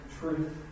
truth